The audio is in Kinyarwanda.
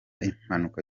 impanuka